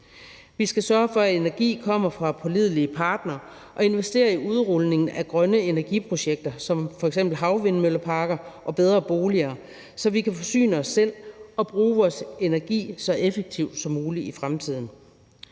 Vi skal sørge for, at energi kommer fra pålidelige partnere, og investere i udrulningen af grønne energiprojekter som f.eks. havvindmølleparker og bedre boliger, så vi kan forsyne os selv og bruge vores energi så effektivt som muligt i fremtiden.